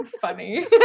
funny